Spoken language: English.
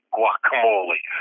Guacamole